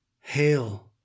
Hail